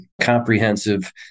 comprehensive